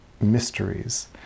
mysteries